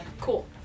Cool